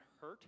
hurt